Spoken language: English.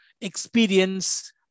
experience